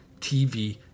TV